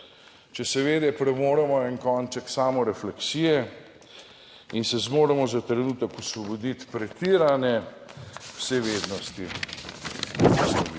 če seveda premoremo en konček samorefleksije in se zmoremo za trenutek osvoboditi pretirane vsevednosti,